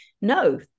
no